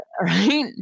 right